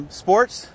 sports